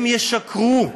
הם ישקרו.